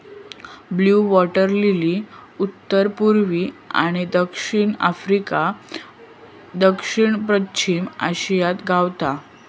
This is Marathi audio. ब्लू वॉटर लिली उत्तर पुर्वी आणि दक्षिण आफ्रिका, दक्षिण पश्चिम आशियात गावता